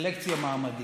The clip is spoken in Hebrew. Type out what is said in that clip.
סלקציה מעמדית.